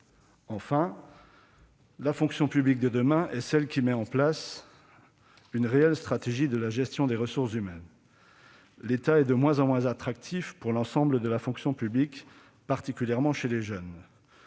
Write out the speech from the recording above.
Enfin, la fonction publique de demain est celle qui met en place une réelle stratégie de gestion des ressources humaines. L'État est de moins en moins attractif pour l'ensemble de la fonction publique, particulièrement chez les jeunes.